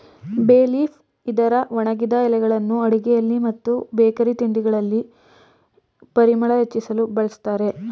ಬೇ ಲೀಫ್ ಇದರ ಒಣಗಿದ ಎಲೆಗಳನ್ನು ಅಡುಗೆಯಲ್ಲಿ ಮತ್ತು ಬೇಕರಿ ತಿಂಡಿಗಳಲ್ಲಿ ಪರಿಮಳ ಹೆಚ್ಚಿಸಲು ಬಳ್ಸತ್ತರೆ